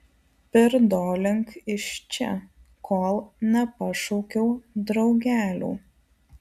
pirdolink iš čia kol nepašaukiau draugelių